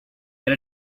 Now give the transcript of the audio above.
get